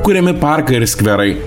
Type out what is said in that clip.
kuriami parkai ir skverai